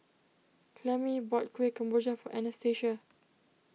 Clemie bought Kueh Kemboja for Anastasia